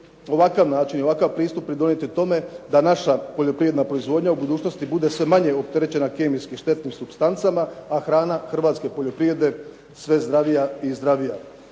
ovakav način i ovakav pristup pridonijeti tome da naša poljoprivredna proizvodnja u budućnosti bude sve manje opterećena kemijski štetnim supstancama, a hrana hrvatske poljoprivrede sve zdravija i zdravija.